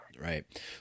Right